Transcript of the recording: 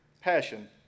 passion